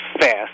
fast